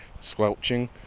squelching